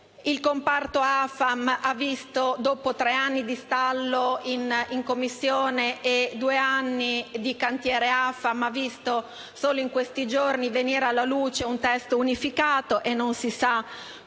Il comparto AFAM, dopo tre anni di stallo in Commissione e due anni di cantiere AFAM, solo in questi giorni ha visto venire alla luce un testo unificato e non si sa quale